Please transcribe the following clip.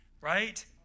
right